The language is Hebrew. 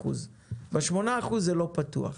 ב-8% זה לא פתוח.